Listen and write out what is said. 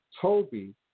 toby